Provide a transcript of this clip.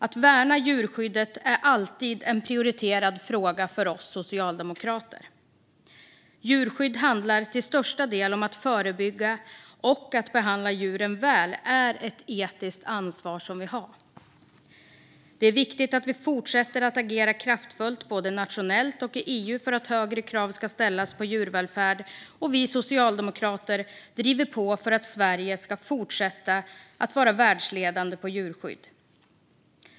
Att värna djurskyddet är alltid en prioriterad fråga för Socialdemokraterna. Djurskydd handlar till största delen om att förebygga. Att behandla djuren väl är ett etiskt ansvar som vi har. Det är viktigt att vi fortsätter att agera kraftfullt både nationellt och i EU för att högre krav ska ställas på djurvälfärd. Socialdemokraterna driver på för att Sverige ska fortsätta att vara världsledande på djurskydd.